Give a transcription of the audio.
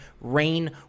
Rain